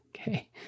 Okay